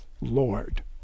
Lord